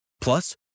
Plus